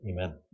Amen